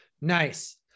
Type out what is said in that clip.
nice